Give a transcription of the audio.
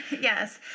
Yes